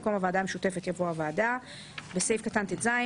במקום "הוועדה המשותפת" יבוא "הוועדה"; בסעיף קטן (טז),